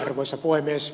arvoisa puhemies